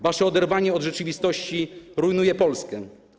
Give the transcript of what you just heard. Wasze oderwanie od rzeczywistości rujnuje Polskę.